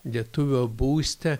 lietuvio būste